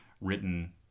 written